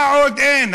מה עוד אין?